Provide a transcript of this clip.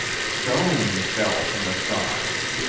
stones fell from the sky.